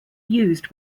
used